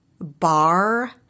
bar